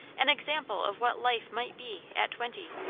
an example of what life might be, at twenty.